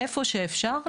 איפה שאפשר,